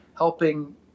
Helping